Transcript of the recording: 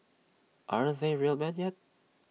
aren't they real men yet